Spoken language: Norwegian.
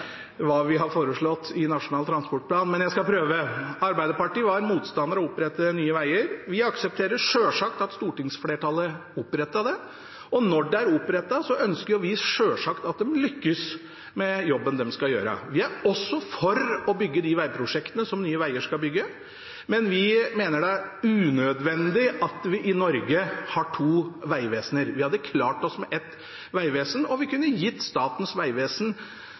hva vi har foreslått i Nasjonal transportplan, men jeg skal prøve. Arbeiderpartiet var motstander av å opprette Nye Veier. Vi aksepterer selvsagt at stortingsflertallet opprettet det, og når det er opprettet, ønsker vi selvsagt at selskapet lykkes med jobben de skal gjøre. Vi er også for å bygge de vegprosjektene som Nye Veier skal bygge, men vi mener det er unødvendig at vi i Norge har to vegvesener. Vi hadde klart oss med ett vegvesen, og vi kunne gitt Statens vegvesen